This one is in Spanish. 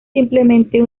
simplemente